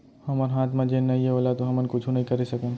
हमर हाथ म जेन नइये ओला तो हमन कुछु नइ करे सकन